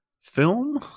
film